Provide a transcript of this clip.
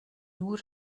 nur